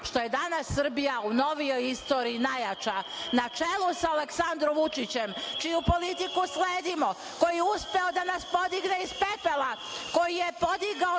što je danas Srbija u novijoj istoriji najjača na čelu sa Aleksandrom Vučićem čiju politiku sledimo, koji je uspeo da nas podigne iz pepela, koji je podigao